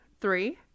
Three